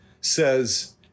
says